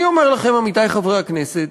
אני אומר לכם, עמיתי חברי הכנסת,